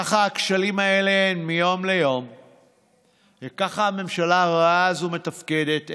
וככה הכשלים האלה מיום ליום וככה הממשלה הרעה הזאת מתפקדת.